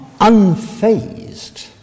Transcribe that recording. unfazed